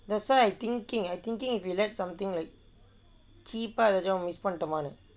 that's why I thinking I thinking if you let something like key part ஏதேனும்:ethaenum miss பண்ணிட்டோமா:pannittomaa